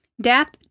death